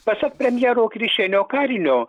pasak premjero krišenio karilio